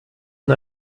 and